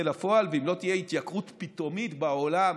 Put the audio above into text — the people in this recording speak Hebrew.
לפועל ואם לא תהיה התייקרות פתאומית בעולם